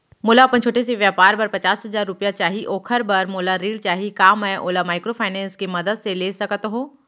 मोला अपन छोटे से व्यापार बर पचास हजार रुपिया चाही ओखर बर मोला ऋण चाही का मैं ओला माइक्रोफाइनेंस के मदद से ले सकत हो?